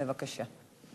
בבקשה.